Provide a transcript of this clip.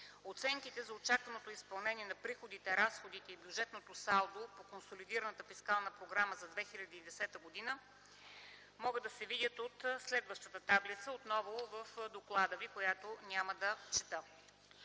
Оценките за очакваното изпълнение на приходите, разходите и бюджетното салдо по Консолидираната фискална програма за 2010 г. могат да се видят от следващата таблица – отново в доклада ви, която няма да чета.